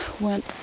went